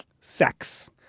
sex